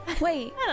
Wait